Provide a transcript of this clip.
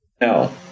No